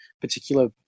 particular